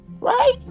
Right